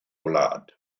gwlad